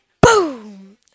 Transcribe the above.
Boom